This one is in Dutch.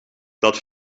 dat